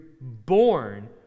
born